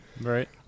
Right